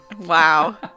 Wow